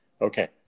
Okay